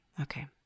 Okay